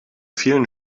vielen